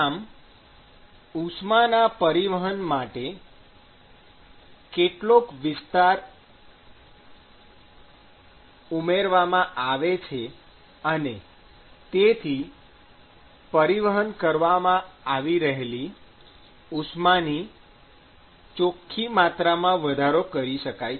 આમ ઉષ્માના પરિવહન માટે કેટલોક વિસ્તાર ઉમેરવામાં આવે છે અને તેથી પરિવહન કરવામાં આવી રહેલી ઉષ્માની ચોખ્ખી માત્રામાં વધારો કરી શકાય છે